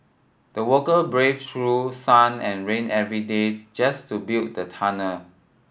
the worker braved through sun and rain every day just to build the tunnel